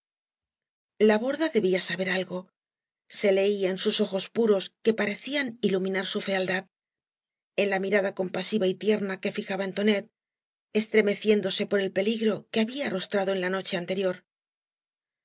la borda debía saber algo se leía en sus ojos puros que parecían iluminar su fealdad en la mirada compasiva y tierna que fijaba en tonet estremeciéndose por el peligro que había arrostrado en la noche anterior